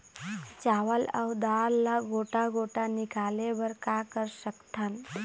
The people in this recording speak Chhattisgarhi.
चावल अऊ दाल ला गोटा गोटा निकाले बर का कर सकथन?